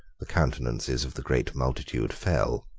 the countenances of the great multitude fell.